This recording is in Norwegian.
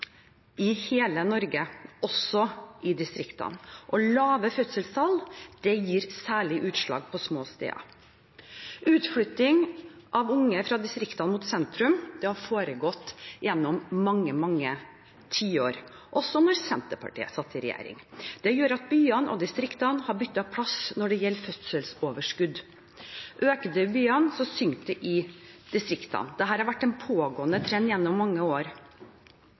i hele Norge, også i distriktene. Lave fødselstall gir særlig utslag på små steder. Utflytting av unge fra distriktene mot sentrum har foregått gjennom mange tiår, også da Senterpartiet satt i regjering. Det gjør at byene og distriktene har byttet plass når det gjelder fødselsoverskudd – øker det i byene, synker det i distriktene. Dette har vært en pågående trend gjennom mange år.